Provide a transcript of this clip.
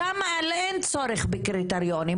שם אין צורך בקריטריונים,